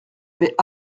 avaient